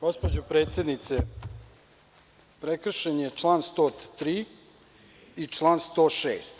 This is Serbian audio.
Gospođo predsednice, prekršen je član 103. i član 106.